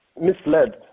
misled